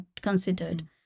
considered